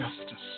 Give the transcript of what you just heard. justice